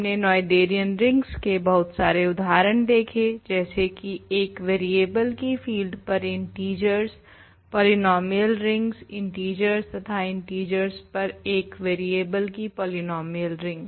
हमने Noetherian rings के बहुत सारे उदाहरण देखे जैसे की एक वेरियेबल की फील्ड पर इंटीजरस पॉलीनोमियल रिंग्स इंटीजरस तथा इंटीजरस पर एक वेरियेबल की पॉलीनोमियल रिंग